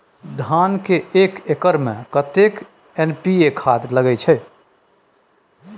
धान के एक एकर में कतेक एन.पी.ए खाद लगे इ?